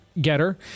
Getter